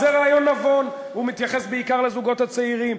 זה רעיון נבון, הוא מתייחס בעיקר לזוגות הצעירים.